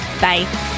Bye